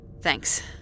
Thanks